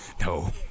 no